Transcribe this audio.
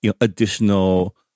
additional